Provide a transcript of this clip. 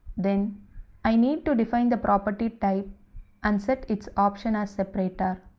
then i need to define the property type and set its option as separator.